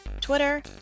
Twitter